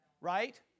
right